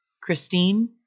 Christine